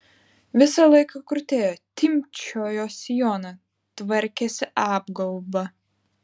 visą laiką krutėjo timpčiojo sijoną tvarkėsi apgaubą